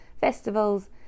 festivals